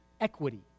equity